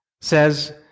says